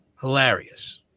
Hilarious